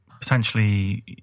potentially